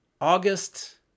August